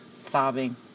sobbing